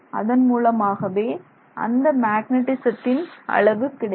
அதன் மூலமாகவே அந்த மேக்னெட்டிசத்தின் அளவு கிடைக்கும்